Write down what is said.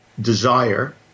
Desire